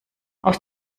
aus